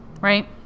Right